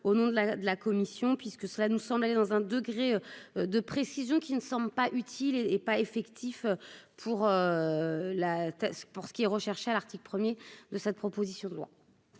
de la de la Commission puisque cela nous semblait dans un degré de précision qui ne semble pas utile et et pas effectif pour la, pour ce qui est recherché à l'article 1er de cette proposition de loi.